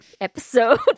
Episode